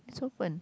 it's open